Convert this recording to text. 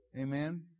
Amen